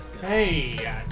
Hey